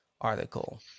article